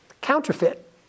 Counterfeit